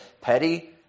petty